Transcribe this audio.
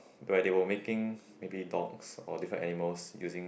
where they were making maybe dogs or different animals using